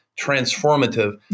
transformative